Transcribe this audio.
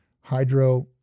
hydro